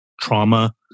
trauma